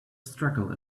struggle